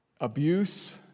abuse